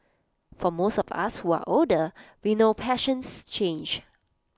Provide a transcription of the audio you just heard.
for most of us who are older we know passions change